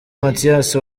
mathias